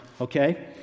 Okay